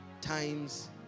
times